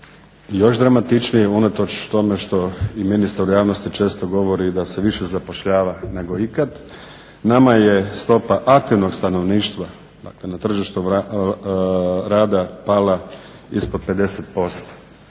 još dramatičnije, unatoč tome što i ministar javnosti često govori da se više zapošljava nego ikad. Nama je stopa aktivnog stanovništva, dakle na tržištu rada pala ispod 50%.